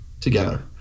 together